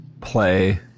play